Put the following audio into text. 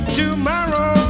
tomorrow